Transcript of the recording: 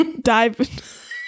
dive